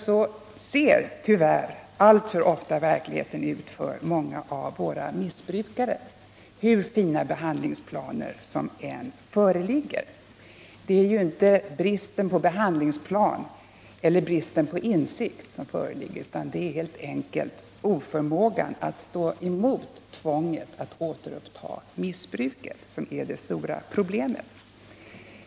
Så ser tyvärr alltför ofta verkligheten ut för många av våra missbrukare, hur fina behandlingsplaner som än föreligger. Det är inte brist på behandlingsplan eller brist på insikt som föreligger, utan det är helt enkelt oförmågan att stå emot tvånget att återuppta missbruket som är det stora problemet.